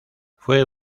fue